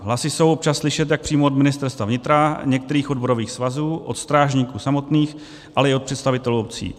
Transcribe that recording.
Hlasy jsou občas slyšet jak přímo od Ministerstva vnitra, některých odborových svazů, od strážníků samotných, ale i od představitelů obcí.